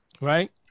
right